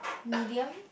medium